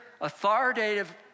authoritative